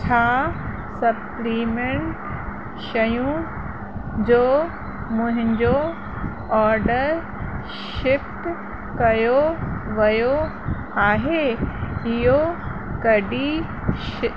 छा सप्लीमेंट शयूं जो मुंहिंजो ऑडर शिफ्ट कयो वियो आहे इहो कॾहिं